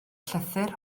llythyr